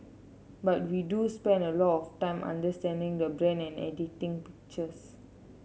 but we do spend a lot of time understanding the branding and editing pictures